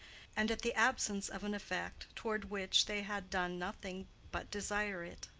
and at the absence of an effect toward which they had done nothing but desire it.